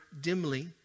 dimly